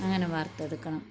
അങ്ങനെ വാർത്തെടുക്കണം